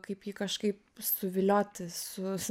kaip jį kažkaip suvilioti su